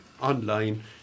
online